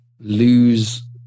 lose